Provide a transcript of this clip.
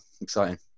exciting